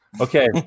Okay